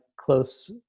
close